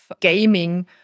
gaming